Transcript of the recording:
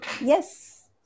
yes